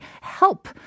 help